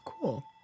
Cool